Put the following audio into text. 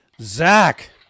Zach